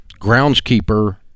groundskeeper